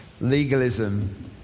legalism